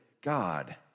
God